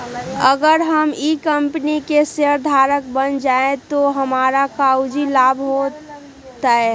अगर हम ई कंपनी के शेयरधारक बन जाऊ तो हमरा काउची लाभ हो तय?